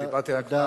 חבר הכנסת אריה אלדד,